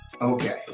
Okay